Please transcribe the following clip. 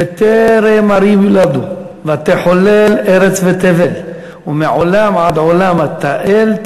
"בטרם הרים יֻלָּדוּ ותחולל ארץ ותבל ומעולם עד עולם אתה אֵל.